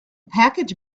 package